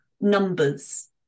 numbers